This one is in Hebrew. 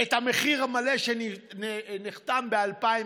את המחיר המלא שנחתם ב-2012,